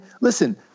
listen